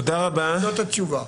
זאת התשובה.